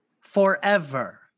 Forever